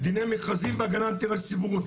דיני מכרזים והגנה על אינטרס ציבורי.